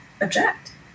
object